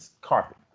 carpet